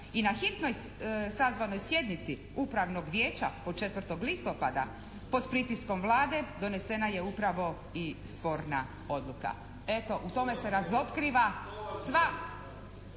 I na hitnoj sazvanoj sjednici upravnog vijeća od 4. listopada pod pritiskom Vlade donesena je upravo i sporna odluka. Eto u tome se razotkriva sav